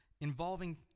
involving